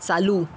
चालू